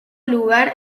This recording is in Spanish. lugar